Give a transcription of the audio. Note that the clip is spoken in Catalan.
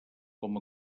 com